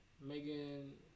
Megan